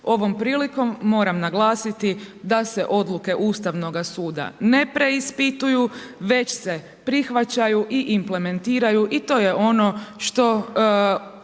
Ovom prilikom, moram naglasiti da se odluke Ustavnoga suda, ne preispituju, već se prihvaćaju i implementiraju i to je ono što